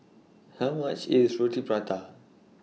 How much IS Roti Prata